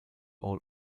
ole